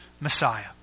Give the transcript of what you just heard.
messiah